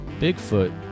bigfoot